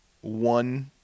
one